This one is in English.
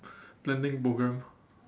blending programme